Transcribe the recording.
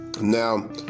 Now